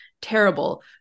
terrible